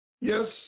Yes